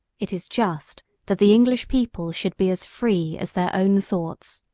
it is just that the english people should be as free as their own thoughts.